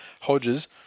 Hodges